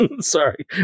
Sorry